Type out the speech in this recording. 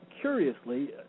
curiously